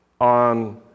on